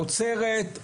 האוצרת,